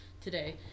today